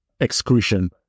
excretion